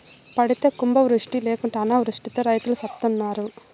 పడితే కుంభవృష్టి లేకుంటే అనావృష్టితో రైతులు సత్తన్నారు